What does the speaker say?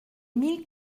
mille